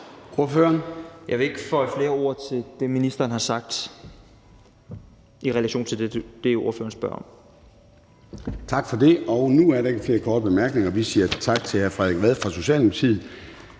Jeg vil ikke føje flere ord til det, ministeren har sagt, i relation til det, ordføreren spørger om. Kl. 15:37 Formanden (Søren Gade): Tak for det. Nu er der ikke flere korte bemærkninger, og så siger vi tak til hr. Frederik Vad fra Socialdemokratiet.